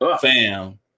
Fam